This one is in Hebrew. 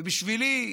ובשבילי,